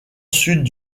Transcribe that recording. sud